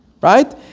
Right